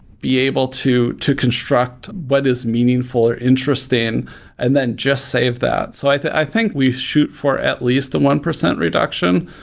be able to to construct what is meaningful or interesting and then just save that. so i think we shoot for at least the one percent reduction.